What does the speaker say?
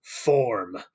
form